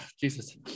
Jesus